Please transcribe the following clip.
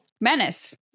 Menace